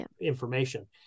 information